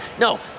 no